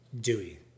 Dewey